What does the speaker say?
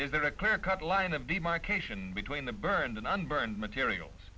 is there a clear cut line of demarcation between the burned and unburned materials